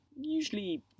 usually